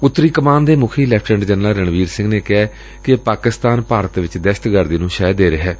ਉੱਤਰੀ ਕਮਾਨ ਦੇ ਮੁਖੀ ਲੈਫਟੀਨੈਂਟ ਜਨਰਲ ਰਣਬੀਰ ਸਿੰਘ ਨੇ ਕਿਹੈ ਕਿ ਪਾਕਿਸਤਾਨ ਭਾਰਤ ਵਿਚ ਦਹਿਸ਼ਤਗਰਦੀ ਨੁੰ ਸ਼ਹਿ ਦੇ ਰਿਹੈ